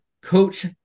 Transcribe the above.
Coach